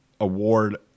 award